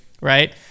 right